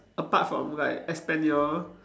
apart from like espanol